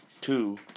two